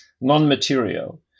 non-material